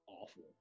awful